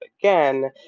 again